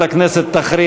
חברת הכנסת מיכל